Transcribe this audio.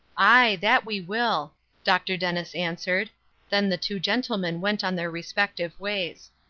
aye, that we will, dr. dennis answered then the two gentlemen went on their respective ways.